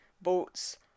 boats